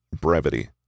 Brevity